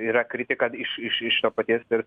yra kritika iš iš iš to paties ir